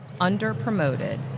underpromoted